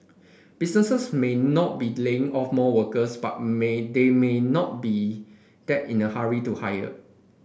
businesses may not be laying off more workers but may they may not be that in a hurry to hire